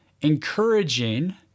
encouraging